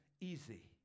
easy